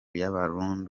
y’abarundi